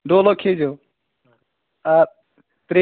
ڈولو کھیے زیٚو آ ترٛے